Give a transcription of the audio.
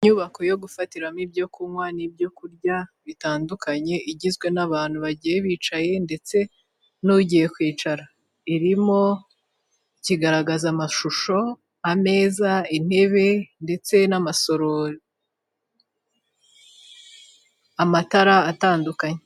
Inyubako yo gufatiramo ibyo kunywa nibyo kurya bitandukanye igizwe n'abantu batandukanye ndetse n'ugiye kwicara. Irimo ikigaragaza amashusho, ameza, intebe ndetse n'amasorori. Amatara atandukanye.